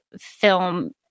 film